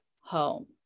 home